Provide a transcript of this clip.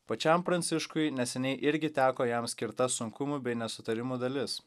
pačiam pranciškui neseniai irgi teko jam skirta sunkumų bei nesutarimų dalis